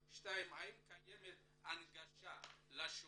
2. האם קיימת הנגשה לשונית?